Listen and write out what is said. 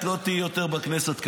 את לא תהיי יותר בכנסת כנראה.